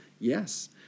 Yes